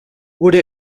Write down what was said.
would